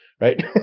right